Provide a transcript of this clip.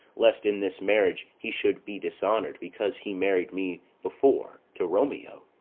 lest in this marriage he should be dishonour'd because he married me before to romeo?